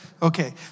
Okay